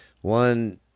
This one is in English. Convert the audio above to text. one